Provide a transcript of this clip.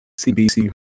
cbc